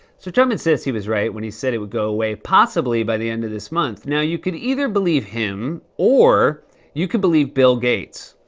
so trump insists he was right when he said it would go away possibly by the end of this month. now, you could either believe him or you could believe bill gates.